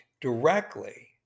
directly